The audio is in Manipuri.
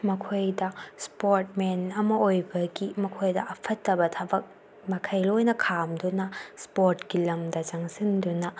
ꯃꯈꯣꯏꯗ ꯏꯁꯄꯣꯔꯠ ꯃꯦꯟ ꯑꯃ ꯑꯣꯏꯕꯒꯤ ꯃꯈꯣꯏꯗ ꯑꯐꯠꯇꯕ ꯊꯕꯛ ꯃꯈꯩ ꯂꯣꯏꯅ ꯈꯥꯝꯗꯨꯅ ꯏꯁꯄꯣꯔꯠꯀꯤ ꯂꯝꯗ ꯆꯪꯁꯤꯟꯗꯨꯅ